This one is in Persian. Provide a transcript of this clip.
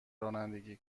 رانندگی